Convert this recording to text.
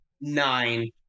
nine